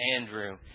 Andrew